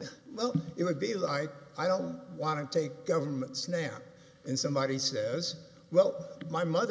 it would be like i don't want to take government snap and somebody says well my mother